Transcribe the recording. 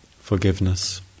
Forgiveness